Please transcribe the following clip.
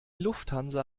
lufthansa